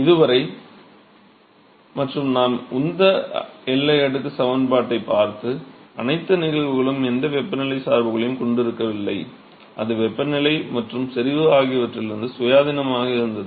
இதுவரை மற்றும் நாம் உந்த எல்லை அடுக்கு சமன்பாட்டைப் பார்த்த அனைத்து நிகழ்வுகளும் எந்த வெப்பநிலை சார்புகளையும் கொண்டிருக்கவில்லை அது வெப்பநிலை மற்றும் செறிவு ஆகியவற்றிலிருந்து சுயாதீனமாக இருந்தது